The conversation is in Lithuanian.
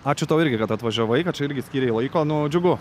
ačiū tau irgi kad atvažiavai kad čia irgi skyrei laiko nu džiugu